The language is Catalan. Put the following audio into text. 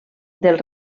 del